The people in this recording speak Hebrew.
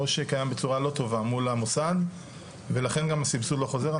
או שקיים בצורה לא טובה מול המוסד ולכן גם הסבסוד לא חוזר,